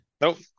Nope